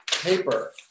paper